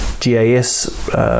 GAS